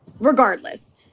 regardless